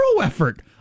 effort